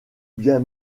bien